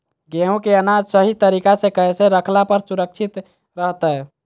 गेहूं के अनाज सही तरीका से कैसे रखला पर सुरक्षित रहतय?